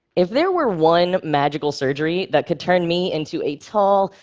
if there were one magical surgery that could turn me into a tall,